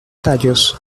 tallos